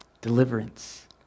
deliverance